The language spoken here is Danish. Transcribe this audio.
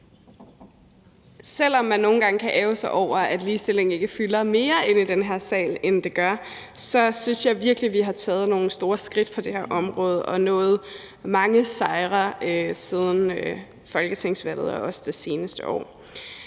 Selv om man nogle gange kan ærgre sig over, at ligestillingen ikke fylder mere i den her sal, end den gør, så synes jeg virkelig, vi har taget nogle store skridt på det her område og nået mange sejre siden folketingsvalget og også det seneste år.